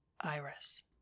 Iris